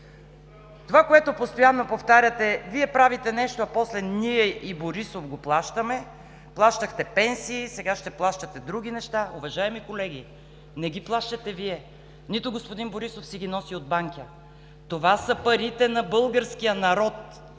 очертавате. Постоянно повтаряте: „Вие правите нещо, а после ние и Борисов го плащаме“, плащахте пенсии, сега ще плащате други неща. Уважаеми колеги, не ги плащате Вие, нито господин Борисов си ги носи от Банкя. Това са парите на българския народ